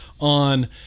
on